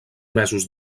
mesos